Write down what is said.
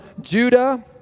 Judah